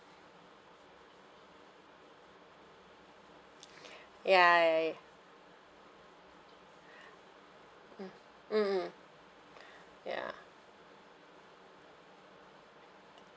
ya ya ya mm mm ya